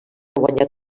guanyat